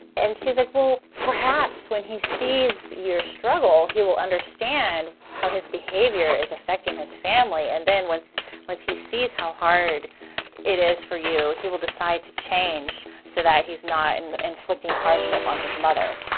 and she's like, well, perhaps when he sees your struggle, he will understand how his behavior is affecting his family. and then, once once he sees how hard it is for you, he will decide to change so that he's not and inflicting hardship on his mother